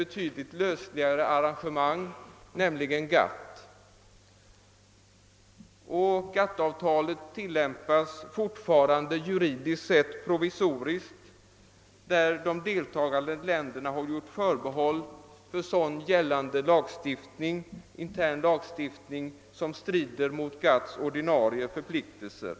betydligt lösligare arrangemang, nämligen GATT. GATT-avtalet tillämpas fortfarande juridiskt sett provisoriskt. De deltagande länderna har gjort förbehåll för sådan intern lagstiftning som strider mot GATT:s ordinarie förpliktelser.